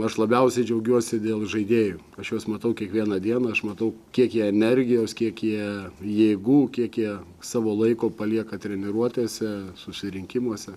aš labiausiai džiaugiuosi dėl žaidėjų aš juos matau kiekvieną dieną aš matau kiek jie energijos kiek jie jėgų kiek jie savo laiko palieka treniruotėse susirinkimuose